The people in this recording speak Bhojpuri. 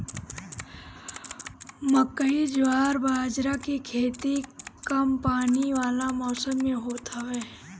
मकई, जवार बजारा के खेती कम पानी वाला मौसम में होत हवे